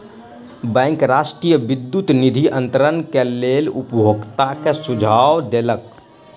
bank राष्ट्रीय विद्युत निधि अन्तरण के लेल उपभोगता के सुझाव देलक